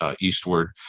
eastward